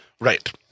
Right